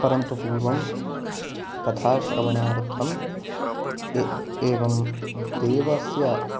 परन्तु पूर्वं कथाश्रवणार्थं ए एवं देवस्य